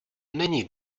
není